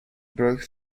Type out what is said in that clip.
broke